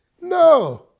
No